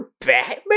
Batman